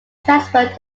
transferred